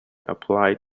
applied